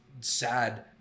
sad